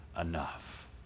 enough